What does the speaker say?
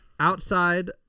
Outside